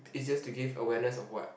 is just to give awareness of what